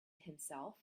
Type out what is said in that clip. himself